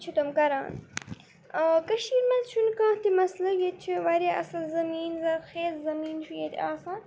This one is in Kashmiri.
چھِ تِم کَران کٔشیٖرِ منٛز چھُنہٕ کانٛہہ تہِ مَسلہٕ ییٚتہِ چھِ واریاہ اَصٕل زٔمیٖن زرخیز زٔمیٖن چھُ ییٚتہِ آسان